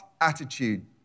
attitude